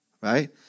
Right